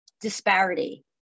disparity